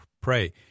pray